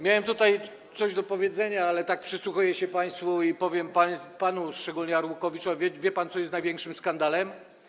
Miałem tutaj coś do powiedzenia, ale tak przysłuchuję się państwu i powiem, szczególnie panu Arłukowiczowi: wie pan, co jest największym skandalem?